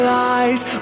lies